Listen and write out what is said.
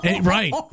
Right